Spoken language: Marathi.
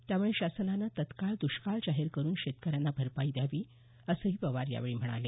त्यामुळे शासनानं तत्काळ दृष्काळ जाहीर करून शेतकऱ्यांना भरपाई द्यावी असंही पवार यावेळी म्हणाले